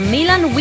Milan